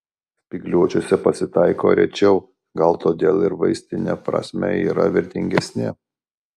spygliuočiuose pasitaiko rečiau gal todėl ir vaistine prasme yra vertingesni